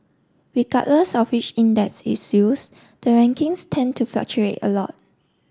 regardless of which index is used the rankings tend to fluctuate a lot